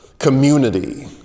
community